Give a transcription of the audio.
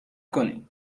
کنین